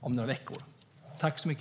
om några veckor, landsbygdsministern?